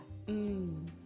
Mmm